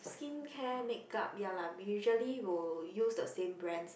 skincare makeup ya lah usually will use the same brands lah